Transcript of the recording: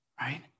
right